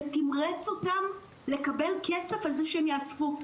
ותמרץ אותם לקבל כסף על זה שהם יאספו,